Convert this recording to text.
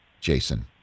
Jason